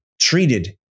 treated